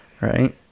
Right